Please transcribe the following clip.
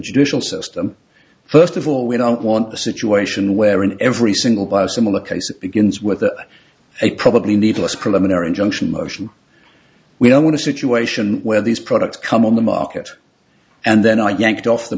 judicial system first of all we don't want a situation where in every single bio similar case it begins with a probably needless preliminary injunction motion we don't want to situation where these products come on the market and then i yanked off the